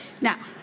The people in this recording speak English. Now